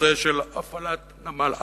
נושא של הפעלת נמל עזה,